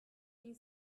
die